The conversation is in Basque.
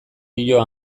dio